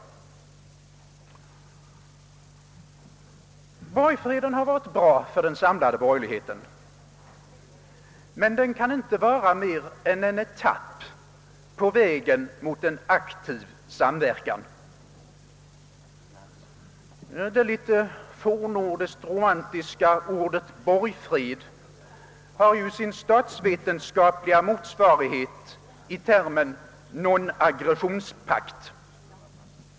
Borgfreden har varit bra för den samlade borgerligheten. Men den kan inte vara mer än en etapp på vägen mot en aktiv samverkan. Det litet fornnordiskt romantiska ordet borgfred har ju sin statsvetenskapliga motsvarighet i termen nonagressionspakt.